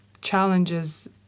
challenges